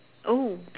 oh